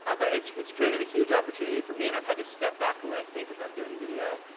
ah but it's it's created a huge opportunity for me, and i've had to step back the way i think about doing video,